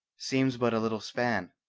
seems but a little span.